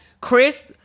Chris